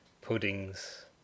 puddings